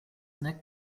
nek